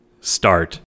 start